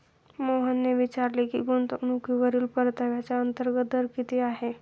मोहनने विचारले की गुंतवणूकीवरील परताव्याचा अंतर्गत दर किती आहे?